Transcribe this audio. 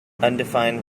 undefined